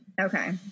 Okay